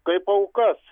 kaip aukas